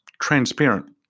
transparent